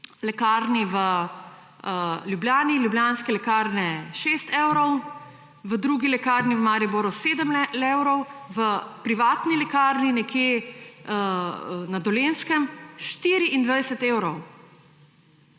lekarni v Ljubljani, Ljubljanske lekarne 6 evrov, v drugi lekarni v Mariboru 7 evrov, v privatni lekarni nekje na Dolenjskem 24 evrov!